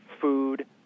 food